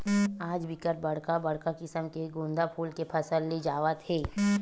आज बिकट बड़का बड़का किसम के गोंदा फूल के फसल ले जावत हे